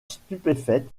stupéfaite